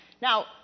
Now